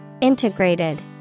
Integrated